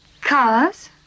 cars